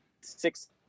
six